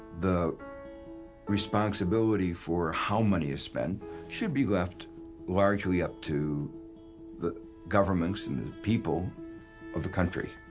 the responsibility for how money is spent should be left largely up to the governments and the people of the country.